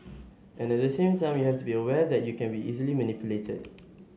and at the same time you have to be aware that you can be easily manipulated